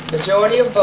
majority of ah